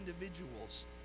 individuals